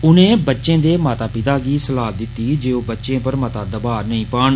उनें बच्चें दे माता पिता गी सलाह दिती जे ओ बच्चें पर मता दवाऽ नेई पान